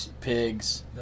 pigs